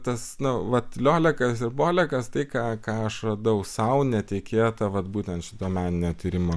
tas nu vat liolekas ir bolekas tai ką aš radau sau netikėta vat būtent šito meninio tyrimo